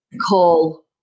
call